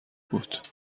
بود